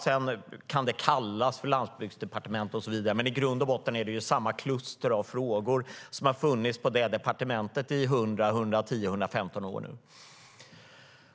Det kan kallas Landsbygdsdepartementet och så vidare, men i grund och botten är det samma kluster av frågor som har funnits på departementet i 100-115 år.